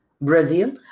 Brazil